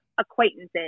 acquaintances